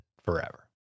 forever